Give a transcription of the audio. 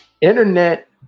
internet